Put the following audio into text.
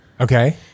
Okay